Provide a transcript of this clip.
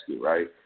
right